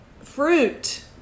fruit